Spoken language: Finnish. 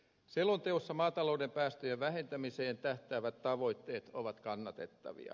selonteossa maatalouden päästöjen vähentämiseen tähtäävät tavoitteet ovat kannatettavia